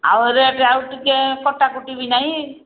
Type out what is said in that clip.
ଆଉ ରେଟ୍ ଆଉ ଟିକେ କଟାକୁଟି ବି ନାହିଁ